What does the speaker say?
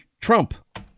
Trump